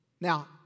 Now